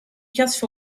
just